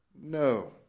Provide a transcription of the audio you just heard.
no